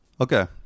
Okay